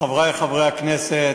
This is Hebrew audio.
מגיעה לו ממשלה טובה שתחזק ותבנה מחדש.